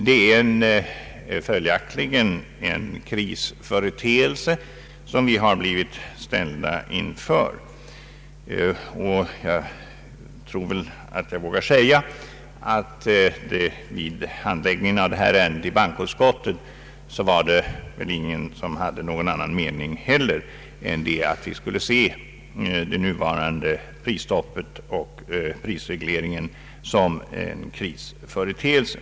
Det är följaktligen en krisföreteelse som vi har blivit ställda inför. Jag vågar väl säga att vid handläggningen av detta ärende i bankoutskottet var det ingen som hade någon annan mening än att vi skulle se nuvarande prisstopp och prisreglering som en krisföreteelse.